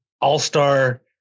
all-star